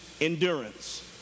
endurance